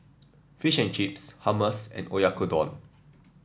Fish and Chips Hummus and Oyakodon